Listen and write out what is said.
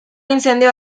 incendio